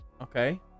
Okay